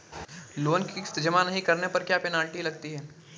Loan की किश्त जमा नहीं कराने पर क्या पेनल्टी लगती है?